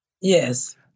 Yes